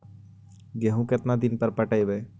गेहूं केतना दिन पर पटइबै?